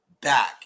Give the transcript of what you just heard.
back